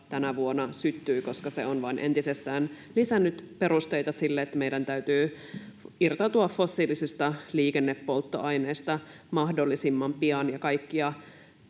tänä vuonna syttyi, koska se on vain entisestään lisännyt perusteita sille, että meidän täytyy irtautua fossiilisista liikennepolttoaineista mahdollisimman pian